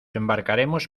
embarcaremos